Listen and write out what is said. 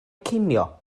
cinio